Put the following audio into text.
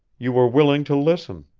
you were willing to listen.